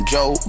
Joe